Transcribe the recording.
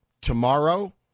tomorrow